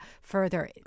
further